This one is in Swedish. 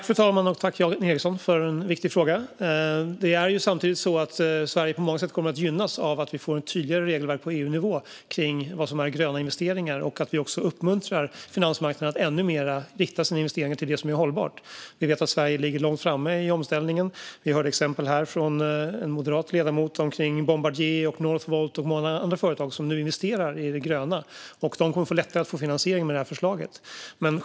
Fru talman! Tack, Jan Ericson, för en viktig fråga! Sverige kommer ju samtidigt på många sätt att gynnas av att vi får ett tydligare regelverk på EU-nivå när det gäller vad som är gröna investeringar och av att vi också uppmuntrar finansmarknaden att i ännu högre grad rikta sina investeringar mot sådant som är hållbart. Vi vet att Sverige ligger långt framme i omställningen. Vi hörde exempel från en moderat ledamot om Bombardier, Northvolt och många andra företag som nu investerar i det gröna. De kommer med det här förslaget att få lättare att få finansiering.